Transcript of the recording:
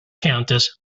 countess